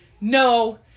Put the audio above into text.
No